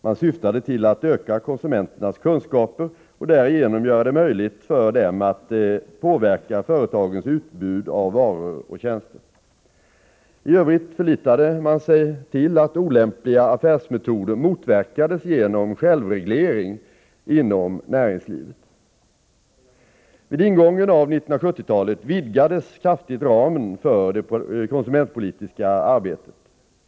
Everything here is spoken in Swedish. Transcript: Man syftade till att öka konsumenternas kunskaper och därigenom göra det möjligt för dem att påverka företagens utbud av varor och tjänster. I övrigt förlitade man sig till att olämpliga affärsmetoder motverkades genom självreglering inom näringslivet. Vid ingången av 1970-talet vidgades kraftigt ramen för det konsumentpolitiska arbetet.